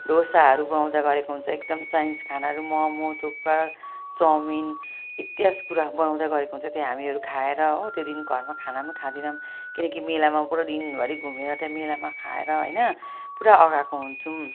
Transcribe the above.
ढोसाहरू बनाउँदै गरेको हुन्छ एकदम चाइनिस खानाहरू मम थुक्पा चाउमिन इतिहास कुरा बनाउँदै गरेको हुन्थ्यो त्यहाँ हामीहरू खाएर हो त्यो दिन घरमा खाना खाँदैनौँ किनकि मेलामा पुरा दिनभरि घुमेर त मेलामा खाएर होइन पुरा अघाएको हुन्छौँ